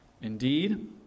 Indeed